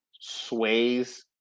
sways